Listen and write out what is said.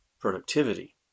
productivity